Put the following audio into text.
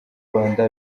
rwanda